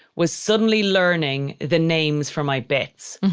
was suddenly learning the names for my bits.